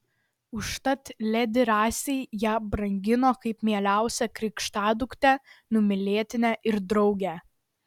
užtat ledi rasei ją brangino kaip mieliausią krikštaduktę numylėtinę ir draugę